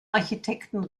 architekten